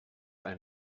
ein